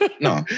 No